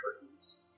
curtains